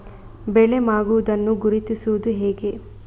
ಬೆಳೆ ಮಾಗುವುದನ್ನು ಗುರುತಿಸುವುದು ಹೇಗೆ?